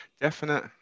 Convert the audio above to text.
Definite